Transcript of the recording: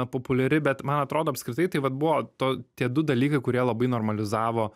na populiari bet man atrodo apskritai tai vat buvo to tie du dalykai kurie labai normalizavo